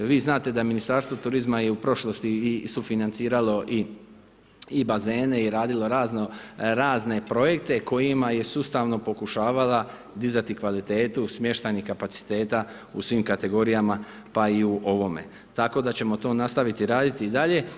Vi Znate da Ministarstvo turizma je i u prošlosti sufinanciralo i bazene i radilo raznorazne projekte kojima je sustavno pokušavalo dizati kvalitetu smještajnih kapaciteta u svom kategorijama pa i u ovome tako da ćemo to nastaviti i dalje.